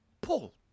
Paul